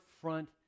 front